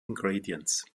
ingredients